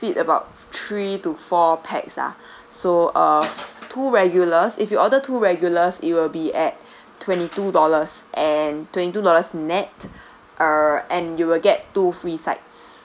feed about three to four pax ah so uh two regulars if you order two regulars it'll be at twenty two dollars and twenty two dollars nett uh and you will get two free sides